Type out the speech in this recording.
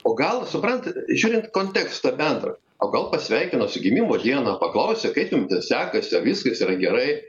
o gal suprantat žiūrint į kontekstą bendrą o gal pasveikino su gimimo diena paklausė kaip jum ten sekasi a viskas yra gerai